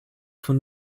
von